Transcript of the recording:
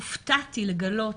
הופתעתי לגלות